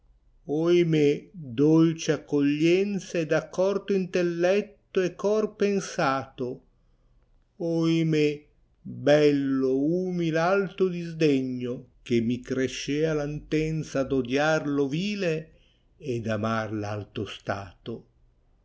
oimè dolce accoglienza ed accorto intelletto e cor pensato oimè bello umil alto disdegno che mi crescea la'nteaza d odiar lo vile e d amar v alto stato